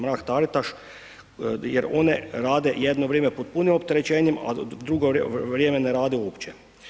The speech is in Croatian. Mrak Taritaš jer one rade jedno vrijeme pod punim opterećenjem a drugo vrijeme ne rade uopće.